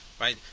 right